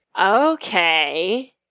Okay